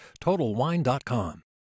TotalWine.com